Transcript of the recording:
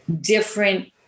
different